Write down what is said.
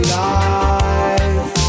life